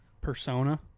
persona